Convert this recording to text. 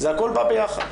זה הכול בא ביחד,